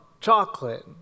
chocolate